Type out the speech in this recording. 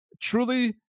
truly